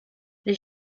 les